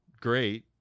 great